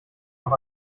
noch